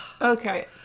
Okay